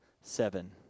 seven